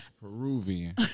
Peruvian